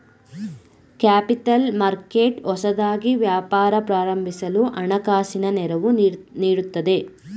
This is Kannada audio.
ಕ್ಯಾಪಿತಲ್ ಮರ್ಕೆಟ್ ಹೊಸದಾಗಿ ವ್ಯಾಪಾರ ಪ್ರಾರಂಭಿಸಲು ಹಣಕಾಸಿನ ನೆರವು ನೀಡುತ್ತದೆ